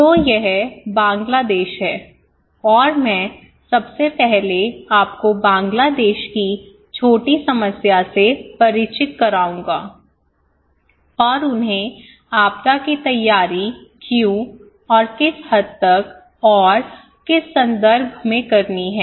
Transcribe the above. तो यह बांग्लादेश है और मैं सबसे पहले आपको बांग्लादेश की छोटी समस्या से परिचित कराऊंगा और उन्हें आपदा की तैयारी क्यों और किस हद तक और किस संदर्भ में करनी है